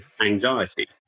anxiety